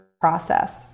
process